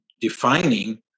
defining